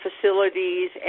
facilities